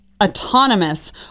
autonomous